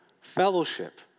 Fellowship